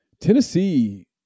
Tennessee